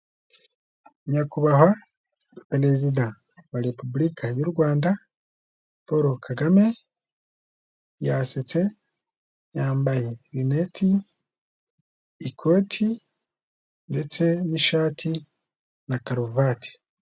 Nyakubahwa perezida wa Repubulika y'u Rwanda Paul Kagame yasetse, yambaye rineti, ikoti ndetse n'ishati na karuvati.